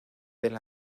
del